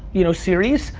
you know, series,